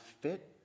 fit